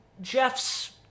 Jeff's